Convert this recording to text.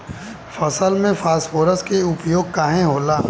फसल में फास्फोरस के उपयोग काहे होला?